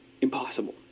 impossible